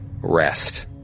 rest